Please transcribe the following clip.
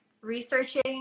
researching